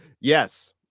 yes